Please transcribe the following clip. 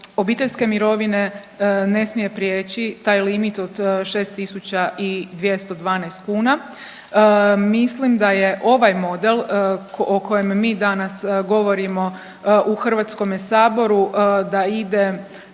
obiteljske mirovine ne smije prijeći taj limit od 6.212 kuna. Mislim da je ovaj model o kojem mi danas govorimo u Hrvatskome saboru da ide